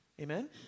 Amen